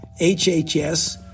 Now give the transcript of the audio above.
HHS